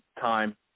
time